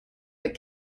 but